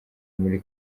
muri